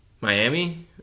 Miami